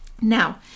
Now